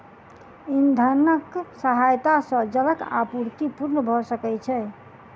इंधनक सहायता सॅ जलक आपूर्ति पूर्ण भ सकै छै